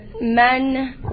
men